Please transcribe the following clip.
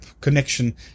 connection